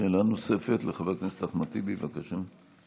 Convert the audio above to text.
שאלה נוספת לחבר הכנסת אחמד טיבי, בבקשה.